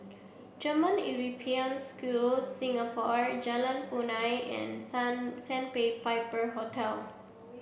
German European School Singapore Jalan Punai and Sandpiper Hotel